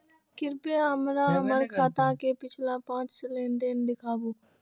कृपया हमरा हमर खाता के पिछला पांच लेन देन दिखाबू